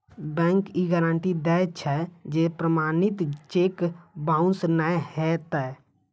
bank ई guarantee दै छै, जे प्रमाणित चेक बाउंस नै हेतै